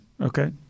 Okay